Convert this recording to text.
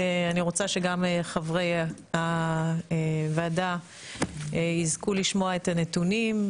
אני רוצה שגם חברי הוועדה יזכו לשמוע את הנתונים.